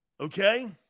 Okay